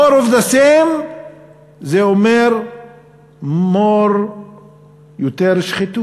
more of the same, זה אומר יותר שחיתות,